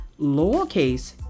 lowercase